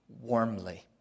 warmly